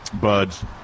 buds